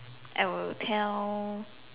I will tell